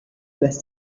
lässt